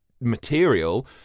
material